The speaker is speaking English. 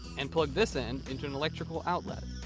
and plug this end into an electrical outlet.